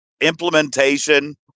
implementation